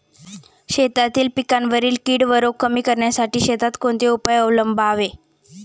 शेतातील पिकांवरील कीड व रोग कमी करण्यासाठी शेतात कोणते उपाय अवलंबावे?